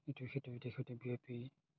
ইটো সিটো ইটো সিটো বিয়পি